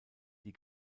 die